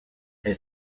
elle